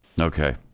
Okay